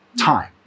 time